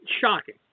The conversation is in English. shocking